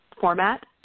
format